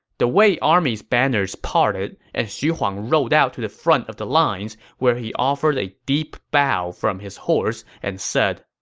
the wei army's banners parted, and xu huang rode out to the front of the lines, where he offered a deep bow from his horse and said,